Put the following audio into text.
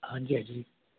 हांजी हांजी